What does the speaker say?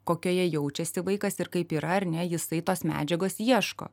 kokioje jaučiasi vaikas ir kaip yra ar ne jisai tos medžiagos ieško